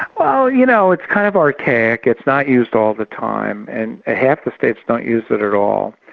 well, you know, it's kind of archaic, it's not used all the time, and half the states don't use it at all,